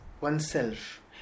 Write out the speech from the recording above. oneself